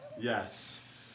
Yes